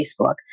Facebook